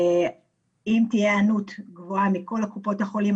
במידה ותהיה היענות מכל קופות החולים,